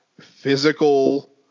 physical